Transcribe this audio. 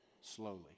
slowly